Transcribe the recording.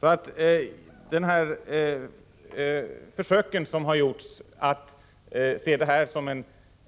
Det har gjorts försök att se upplåningspolitiken